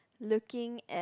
looking at